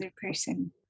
person